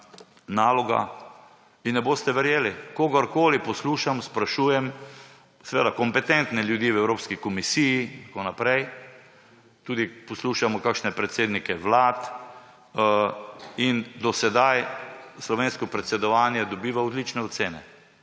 naloga. Ne boste verjeli, kogarkoli poslušam, sprašujem, seveda kompetentne ljudi v Evropski komisiji in tako naprej, tudi poslušamo kakšne predsednike vlad, do sedaj slovensko predsedovanje dobiva odlične ocene.